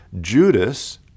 Judas